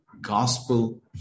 gospel